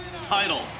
title